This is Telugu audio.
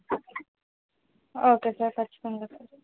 ఓకే సార్ ఖచ్చితంగా సార్